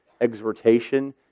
exhortation